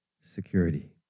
security